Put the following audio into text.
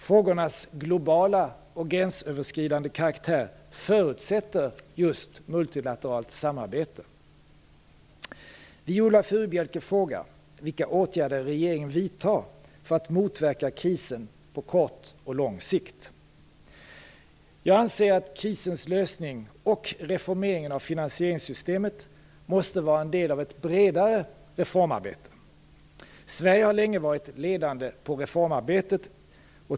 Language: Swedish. Frågornas globala och gränsöverskridande karaktär förutsätter just multilateralt samarbete. Viola Furubjelke frågar vilka åtgärder regeringen vidtar för att motverka krisen på kort och lång sikt. Jag anser att krisens lösning och reformeringen av finansieringssystemet måste vara en del av ett bredare reformarbete. Sverige har länge varit ledande på reformområdet.